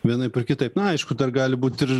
vienaip ar kitaip na aišku dar gali būt ir